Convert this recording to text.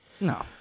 No